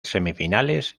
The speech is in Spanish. semifinales